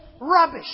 rubbish